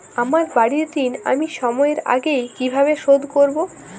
আমার বাড়ীর ঋণ আমি সময়ের আগেই কিভাবে শোধ করবো?